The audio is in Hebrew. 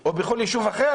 או בכל יישוב אחר?